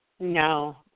No